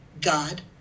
God